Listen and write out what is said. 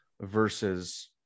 versus